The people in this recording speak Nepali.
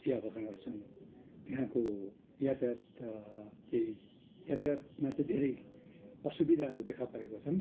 चियाबगानहरू छन् त्यहाँको यातायात चाहिँ यातायातमा चाहिँ धेरै असुविधाहरू देखापरेको छन्